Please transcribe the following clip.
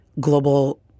global